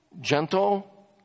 gentle